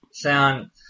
Sound